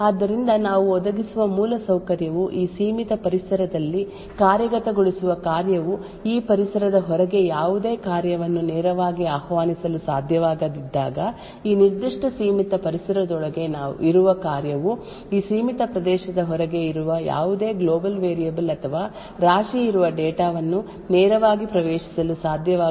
ಆದ್ದರಿಂದ ನಾವು ಒದಗಿಸುವ ಮೂಲಸೌಕರ್ಯವು ಈ ಸೀಮಿತ ಪರಿಸರದಲ್ಲಿ ಕಾರ್ಯಗತಗೊಳಿಸುವ ಕಾರ್ಯವು ಈ ಪರಿಸರದ ಹೊರಗೆ ಯಾವುದೇ ಕಾರ್ಯವನ್ನು ನೇರವಾಗಿ ಆಹ್ವಾನಿಸಲು ಸಾಧ್ಯವಾಗದಿದ್ದಾಗ ಈ ನಿರ್ದಿಷ್ಟ ಸೀಮಿತ ಪರಿಸರದೊಳಗೆ ಇರುವ ಕಾರ್ಯವು ಈ ಸೀಮಿತ ಪ್ರದೇಶದ ಹೊರಗೆ ಇರುವ ಯಾವುದೇ ಗ್ಲೋಬಲ್ ವೇರಿಯಬಲ್ ಅಥವಾ ರಾಶಿ ಇರುವ ಡೇಟಾ ವನ್ನು ನೇರವಾಗಿ ಪ್ರವೇಶಿಸಲು ಸಾಧ್ಯವಾಗುವುದಿಲ್ಲ ಎಂದು ಖಚಿತಪಡಿಸುತ್ತದೆ